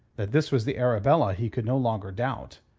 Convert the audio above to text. that this was the arabella he could no longer doubt.